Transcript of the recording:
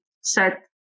set